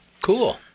cool